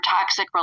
toxic